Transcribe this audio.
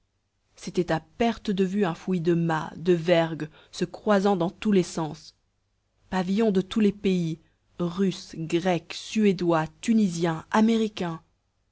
c'était à perte de vue un fouillis de mâts de vergues se croisant dans tous les sens pavillons de tous les pays russes grecs suédois tunisiens américains